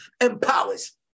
empowers